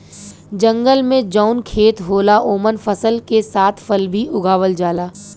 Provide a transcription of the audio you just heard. जंगल में जौन खेत होला ओमन फसल के साथ फल भी उगावल जाला